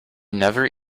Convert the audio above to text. never